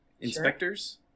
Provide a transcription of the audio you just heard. Inspectors